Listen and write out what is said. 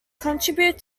contribute